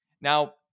Now